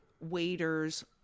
waiters